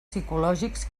psicològics